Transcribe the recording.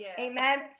amen